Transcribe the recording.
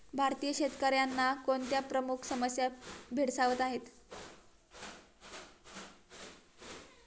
भारतीय शेतकऱ्यांना कोणत्या प्रमुख समस्या भेडसावत आहेत?